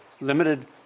limited